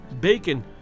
bacon